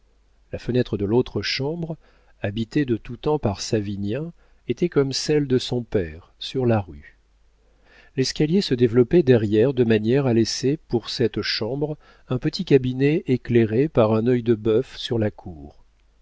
la fenêtre de l'autre chambre habitée de tout temps par savinien était comme celle de son père sur la rue l'escalier se développait derrière de manière à laisser pour cette chambre un petit cabinet éclairé par un œil de bœuf sur la cour